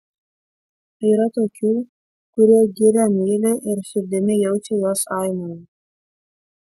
yra tokių kurie girią myli ir širdimi jaučia jos aimaną